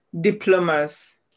Diplomas